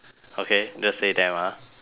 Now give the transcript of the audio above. okay just say them ah